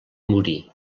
morir